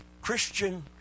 Christian